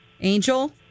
Angel